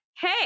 hey